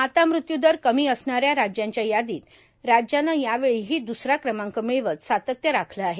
मातामृत्यू दर कमी असणाऱ्या राज्यांच्या यादीत राज्यानं यावेळीही दुसरा क्रमांक मिळवित सातत्य राखलं आहे